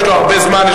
יש לו הרבה זמן,